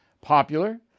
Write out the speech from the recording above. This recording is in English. popular